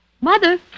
Mother